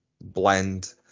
blend